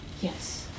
Yes